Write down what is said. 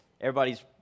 Everybody's